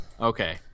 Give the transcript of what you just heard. Okay